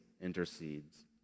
intercedes